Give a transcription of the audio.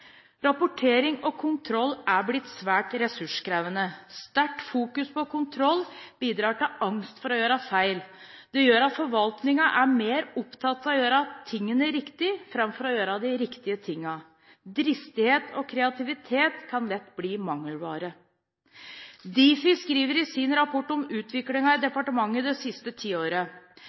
Rapportering og kontroll er blitt svært ressurskrevende. Sterkt fokus på kontroll bidrar til angst for å gjøre feil. Det gjør at forvaltningen er mer opptatt av å gjøre tingene riktig framfor å gjøre de riktige tingene. Dristighet og kreativitet kan lett bli mangelvare. Difi skriver følgende i sin rapport om utviklingen i departementene det siste tiåret: